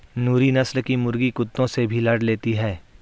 नूरी नस्ल की मुर्गी कुत्तों से भी लड़ लेती है